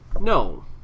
No